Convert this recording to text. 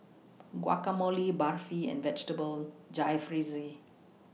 Guacamole Barfi and Vegetable Jalfrezi